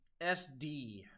SD